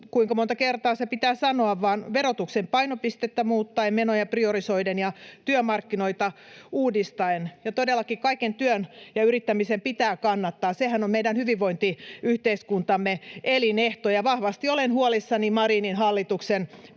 kuinka monta kertaa se pitää sanoa? — vaan verotuksen painopistettä muuttaen, menoja priorisoiden ja työmarkkinoita uudistaen. Todellakin kaiken työn ja yrittämisen pitää kannattaa. Sehän on meidän hyvinvointiyhteiskuntamme elinehto. Vahvasti olen huolissani Marinin hallituksen